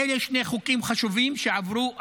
אלה שני חוקים חשובים שעברו השבוע.